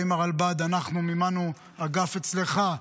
באים מהרלב"ד, אנחנו מימנו אגף אצלך,